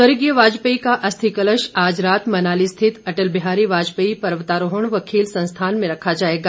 स्वर्गीय वाजपेयी का अस्थि कलश आज रात मनाली स्थित अटल बिहारी वाजपेयी पर्वतारोहण व खेल संस्थान में रखा जाएगा